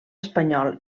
espanyol